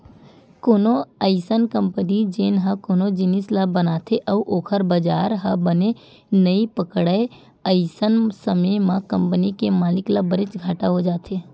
कोनो अइसन कंपनी जेन ह कोनो जिनिस ल बनाथे अउ ओखर बजार ह बने नइ पकड़य अइसन समे म कंपनी के मालिक ल बनेच घाटा हो जाथे